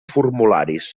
formularis